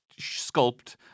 sculpt